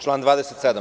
Član 27.